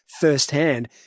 Firsthand